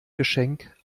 geschenk